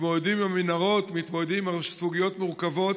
מתמודדים עם המנהרות, מתמודדים עם סוגיות מורכבות,